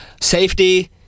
safety